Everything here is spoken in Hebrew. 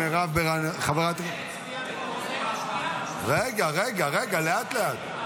אושרה בקריאה ראשונה ותעבור לדיון בוועדת הכספים לצורך